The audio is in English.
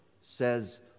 says